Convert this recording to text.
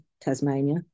Tasmania